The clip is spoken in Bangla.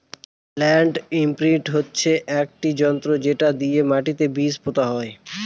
ল্যান্ড ইমপ্রিন্ট হচ্ছে একটি যন্ত্র যেটা দিয়ে মাটিতে বীজ পোতা হয়